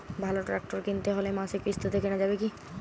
ভালো ট্রাক্টর কিনতে হলে মাসিক কিস্তিতে কেনা যাবে কি?